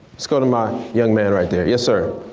let's go to my young man right there, yes sir?